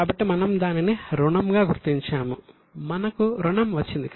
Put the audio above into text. కాబట్టి మనము దానిని రుణం అని గుర్తించాము మనకు రుణం వచ్చింది